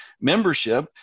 membership